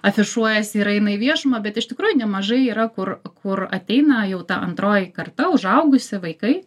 afišuojasi ir eina į viešumą bet iš tikrųjų nemažai yra kur kur ateina jau ta antroji karta užaugusi vaikai